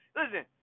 listen